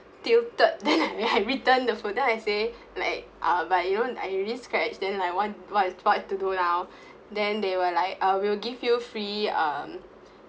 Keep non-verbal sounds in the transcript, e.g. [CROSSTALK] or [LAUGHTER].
tilted then [LAUGHS] I went I returned the food then I say like uh but you know I already scratch then like wha~ what do now then they were like uh we will give you free um